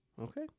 Okay